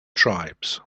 tribes